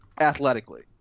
athletically